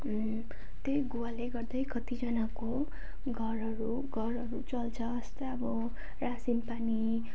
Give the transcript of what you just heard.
त्यही गुवाले गर्दै कतिजनाको घरहरू घरहरू चल्छ यस्तै अब रासिन पानी